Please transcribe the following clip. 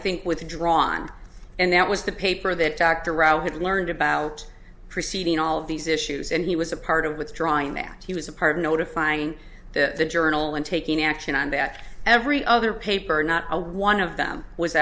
think withdrawn and that was the paper that dr rao had learned about preceding all of these issues and he was a part of withdrawing that he was a part of notifying the journal and taking action and that every other paper not one of them was